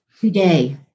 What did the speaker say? today